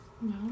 No